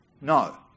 No